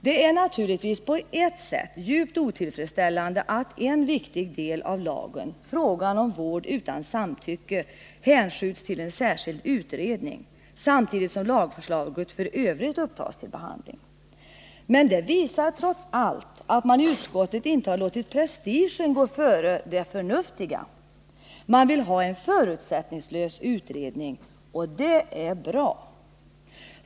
Det är naturligtvis på ett sätt djupt otillfredsställande att en viktig del av lagen — frågan om vård utan samtycke — hänskjuts till en särskild utredning samtidigt som lagförslaget f. ö. upptas till behandling. Men det visar trots allt att man i utskottet inte har låtit prestigen gå före det förnuftiga. Man vill ha en förutsättningslös utredning, och det är bra.